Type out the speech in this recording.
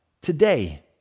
today